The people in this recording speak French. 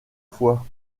foi